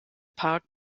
park